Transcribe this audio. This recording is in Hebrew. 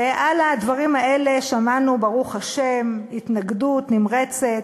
ולדברים האלה שמענו, ברוך השם, התנגדות נמרצת,